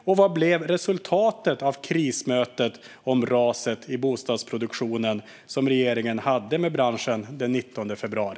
Och vad blev resultatet av det krismöte om raset i bostadsproduktionen som regeringen hade med branschen den 19 februari?